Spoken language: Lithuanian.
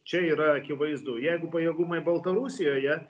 čia yra akivaizdu jeigu pajėgumai baltarusijoje